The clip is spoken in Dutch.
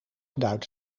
duidt